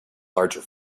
larger